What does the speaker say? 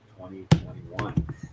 2021